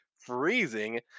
Freezing